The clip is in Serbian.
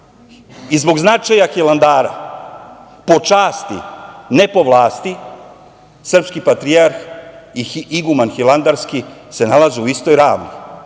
značaja Hilandara po časti, ne po vlasti, srpski patrijarh i iguman hilandarski se nalaze u istoj ravni